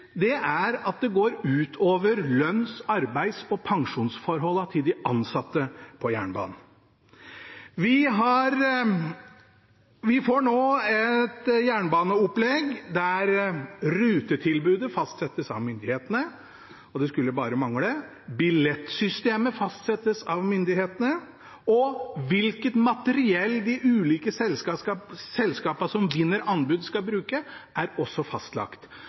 sikkert, er at det går utover lønns-, arbeids- og pensjonsforholdene til de ansatte i jernbanen. Vi får nå et jernbaneopplegg der rutetilbudet fastsettes av myndighetene – og det skulle bare mangle – billettsystemet fastsettes av myndighetene, og hvilket materiell de ulike selskapene som vinner anbud, skal bruke, er også fastlagt.